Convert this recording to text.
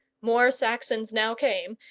more saxons now came,